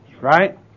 Right